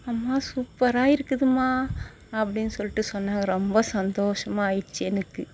அம்மா சூப்பராக இருக்குதும்மா அப்படினு சொல்லிட்டு சொன்னாங்க ரொம்ப சந்தோஷமா ஆகிடுச்சி எனக்கு